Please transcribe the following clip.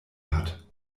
hat